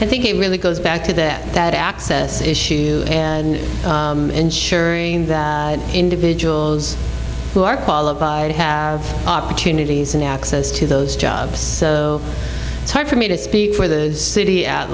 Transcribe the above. i think it really goes back to that access issue and ensuring that individuals who are qualified have opportunities and access to those jobs it's hard for me to speak for the city at